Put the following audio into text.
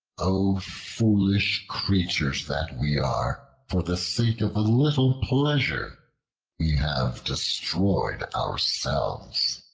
o foolish creatures that we are, for the sake of a little pleasure we have destroyed ourselves.